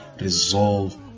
resolve